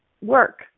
work